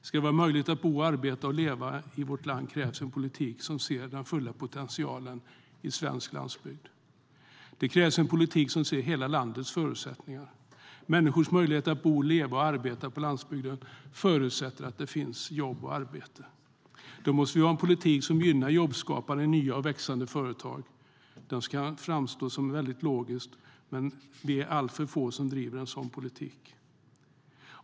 Ska det vara möjligt att bo, arbeta och leva i vårt land krävs en politik som ser den svenska landsbygdens fulla potential. Det krävs en politik som ser till hela landets förutsättningar. Människors möjlighet att bo, leva och arbeta på landsbygden förutsätter att det finns jobb. Då måste vi ha en politik som gynnar jobbskapande i nya och växande företag. Det kan framstå som väldigt logiskt. Ändå är vi alltför få som driver en sådan politik.